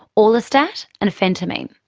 orlistat and phentermine.